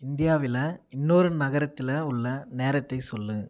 இந்தியாவில் இன்னொரு நகரத்தில் உள்ள நேரத்தைச் சொல்